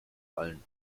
allen